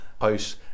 house